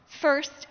First